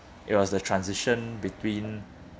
it was the transition between